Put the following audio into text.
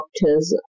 doctors